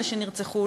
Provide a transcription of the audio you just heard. אלה שנרצחו,